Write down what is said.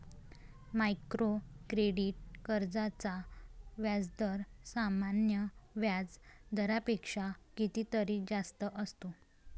micro credit कर्जांचा व्याजदर सामान्य व्याज दरापेक्षा कितीतरी जास्त असतो